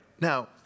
Now